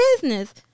business